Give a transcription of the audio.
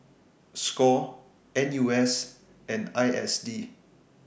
SCORE NUS and ISD